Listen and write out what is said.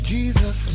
Jesus